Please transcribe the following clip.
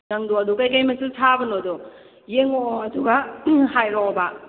ꯂꯪꯗꯣ ꯑꯗꯨ ꯀꯩ ꯀꯩ ꯃꯆꯨ ꯁꯥꯕꯅꯣꯗꯣ ꯌꯦꯡꯉꯛꯑꯣ ꯑꯗꯨꯒ ꯍꯥꯏꯔꯛꯑꯣꯕ